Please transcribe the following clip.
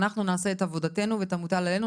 אנחנו נעשה את עבודתנו ואת המוטל עלינו.